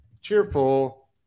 cheerful